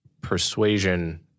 persuasion